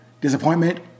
disappointment